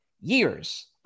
years